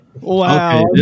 Wow